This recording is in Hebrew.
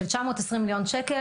של 920 מיליון שקל.